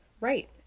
Right